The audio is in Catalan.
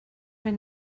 ben